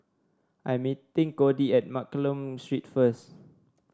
I am meeting Codi at Mccallum Street first